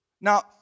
Now